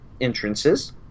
entrances